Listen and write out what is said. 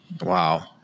Wow